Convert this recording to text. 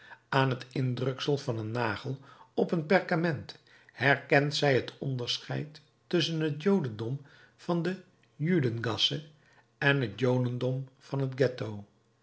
aan het indruksel van een nagel op een perkament herkent zij het onderscheid tusschen het jodendom van de judengasse en het jodendom van het ghetto